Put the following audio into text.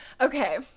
Okay